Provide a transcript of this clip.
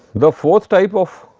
the fourth type of